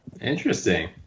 Interesting